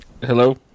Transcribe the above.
Hello